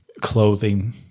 clothing